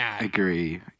agree